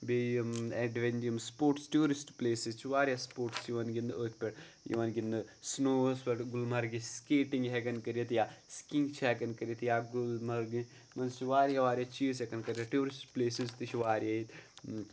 بیٚیہِ یِم ایٚڈویٚنج یِم سپوٹٕس ٹیوٗرِسٹ پٕلیسٕز چھِ واریاہ سپوٹس چھِ یِوان گِنٛدنہٕ أتھۍ پٮ۪ٹھ یِوان گِنٛدنہٕ سٕنووَس پٮ۪ٹھ گُلمَرگہِ سِکیٹِنٛگ ہٮ۪کان کٔرِتھ یا سِکِنٛگ چھِ ہٮ۪کان کٔرِتھ یا گُلمَرگہِ منٛز چھِ واریاہ واریاہ چیٖز ہٮ۪کان کٔرِتھ ٹیوٗرِسٹ پٕلیسٕز تہِ چھِ واریاہ ییٚتہِ